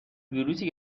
ویروسی